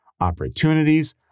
opportunities